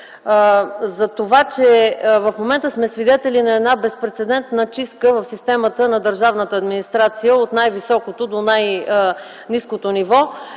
за това, че в момента сме свидетели на една безпрецедентна чистка в системата на държавната администрация от най-високото до най-ниското ниво.